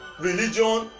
Religion